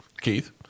Keith